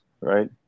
right